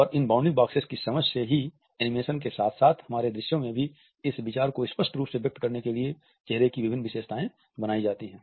और इन bounding boxes की समझ से ही एनिमेशन के साथ साथ हमारे दृश्यों में भी इस विचार को स्पष्ट रूप से व्यक्त करने के लिए चेहरे की विभिन्न विशेषताएं बनाई जाती हैं